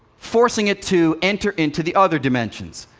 forcing it to enter into the other dimensions.